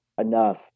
enough